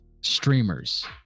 streamers